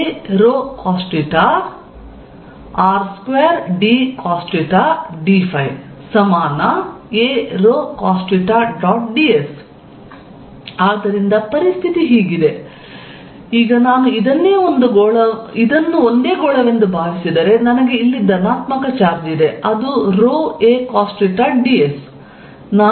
ds ಆದ್ದರಿಂದ ಪರಿಸ್ಥಿತಿ ಹೀಗಿದೆ ಈಗ ನಾನು ಇದನ್ನು ಒಂದೇ ಗೋಳವೆಂದು ಭಾವಿಸಿದರೆ ನನಗೆ ಇಲ್ಲಿ ಧನಾತ್ಮಕ ಚಾರ್ಜ್ ಇದೆ ಅದು ρ a cosθds